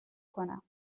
کنم